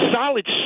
solid